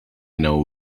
know